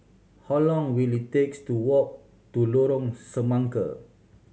how long will it takes to walk to Lorong Semangka